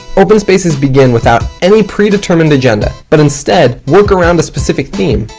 open spaces begin without any predetermined agenda, but instead work around a specific theme.